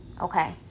Okay